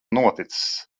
noticis